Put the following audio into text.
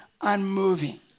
unmoving